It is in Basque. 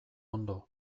ondo